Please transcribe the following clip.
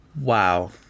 Wow